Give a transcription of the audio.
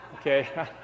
okay